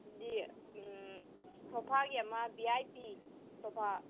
ꯑꯗꯤ ꯁꯣꯐꯥꯒꯤ ꯑꯃ ꯕꯤ ꯑꯥꯏ ꯄꯤ ꯁꯣꯐꯥ